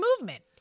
movement